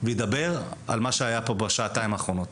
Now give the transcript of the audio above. וידבר על מה שהיה פה בשעתיים האחרונות.